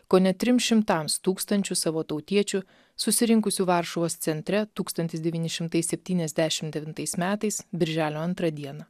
kone trims šimtams tūkstančių savo tautiečių susirinkusių varšuvos centre tūkstantis devyni šimtai septyniasdešimt devintais metais birželio antrą dieną